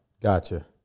Gotcha